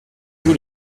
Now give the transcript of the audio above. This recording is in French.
tous